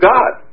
God